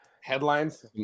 Headlines